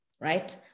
right